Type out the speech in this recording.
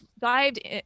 dived